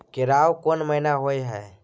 केराव कोन महीना होय हय?